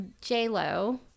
J-Lo